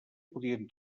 podrien